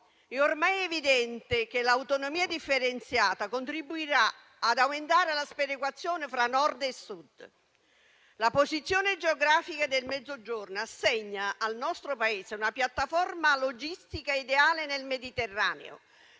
ormai evidente che l'autonomia differenziata contribuirà ad aumentare la sperequazione fra Nord e Sud. La posizione geografica del Mezzogiorno assegna al nostro Paese una piattaforma logistica ideale nel Mediterraneo,